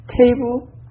Table